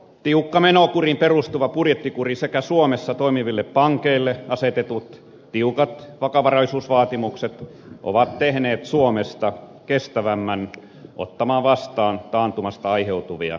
tiukka menokehyksiin perustuva budjettikuri sekä suomessa toimiville pankeille asetetut tiukat vakavaraisuusvaatimukset ovat tehneet suomesta kestävämmän ottamaan vastaan taantumasta aiheutuvia iskuja